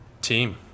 team